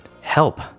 help